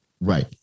Right